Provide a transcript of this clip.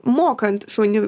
mokant šunį